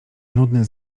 nudny